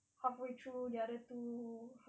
halfway through the other two